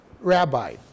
rabbi